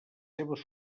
seves